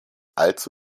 allzu